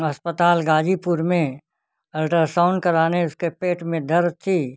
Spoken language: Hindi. अस्पताल गाज़ीपुर में अल्ट्रासाउन कराने इसके पेट में दर्द थी